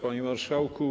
Panie Marszałku!